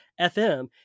FM